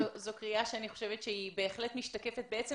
זו קריאה שאני חושבת שהיא בהחלט משתקפת בעצם